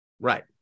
right